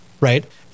right